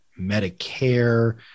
Medicare